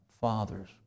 fathers